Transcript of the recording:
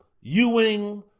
Ewing